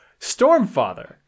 Stormfather